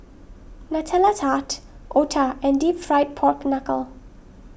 Nutella Tart Otah and Deep Fried Pork Knuckle